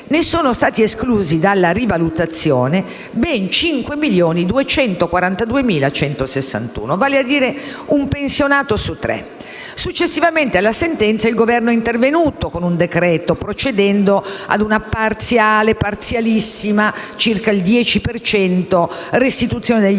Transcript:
ne sono stati esclusi dalla rivalutazione ben 5.242.161: vale a dire un pensionato su tre. Successivamente alla sentenza, il Governo è intervenuto con un decreto-legge, procedendo ad una parziale, parzialissima - pari a circa il 10 per cento - restituzione degli